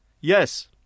Yes